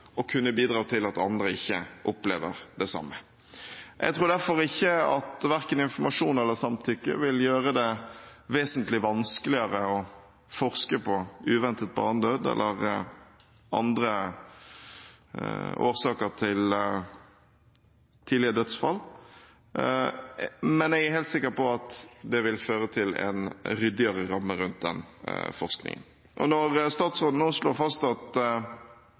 å kunne bidra til at andre ikke opplever det samme. Jeg tror derfor ikke at verken informasjon eller samtykke vil gjøre det vesentlig vanskeligere å forske på årsaker til uventet barnedød eller tidlige dødsfall, men jeg er helt sikker på at det vil føre til en ryddigere ramme rundt den forskningen. Når statsråden nå slår fast at